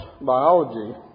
biology